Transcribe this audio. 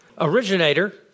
originator